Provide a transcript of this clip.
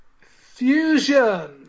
Fusion